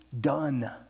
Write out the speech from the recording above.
done